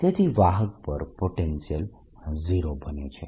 તેથી વાહક પર પોટેન્શિયલ 0 બને છે